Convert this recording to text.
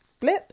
flip